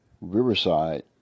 Riverside